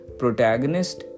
protagonist